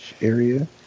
area